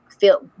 feel